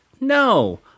No